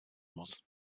muss